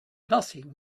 nothing